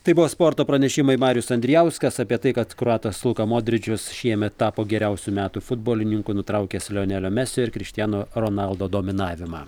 tai buvo sporto pranešimai marius andrijauskas apie tai kad kroatas luka modričius šiemet tapo geriausiu metų futbolininku nutraukęs lionelio mesio ir krištiano ronaldo dominavimą